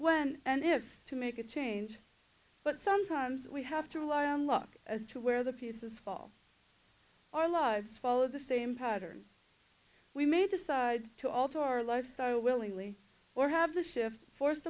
when and if to make a change but sometimes we have to rely on luck as to where the pieces fall our lives follow the same pattern we may decide to alter our lifestyle willingly or have the shift forced